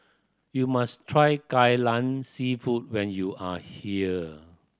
you must try Kai Lan Seafood when you are here